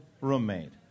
roommate